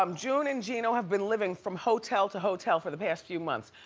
um june and geno have been living from hotel to hotel for the past few months.